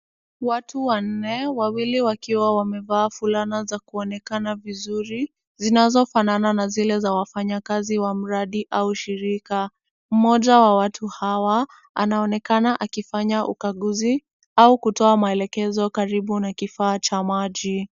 Watu wanne, wawili wakiwa wamevaa fulana za kuonekana vizuri, zinazofanana na zile za wafanyakazi wa mradi au shirika. Mmoja wa watu hawa anaonekana akifanya ukaguzi au kutoa maelekezo karibu na kifaa cha maji.